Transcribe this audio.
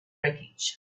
wreckage